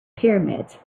pyramids